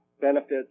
benefits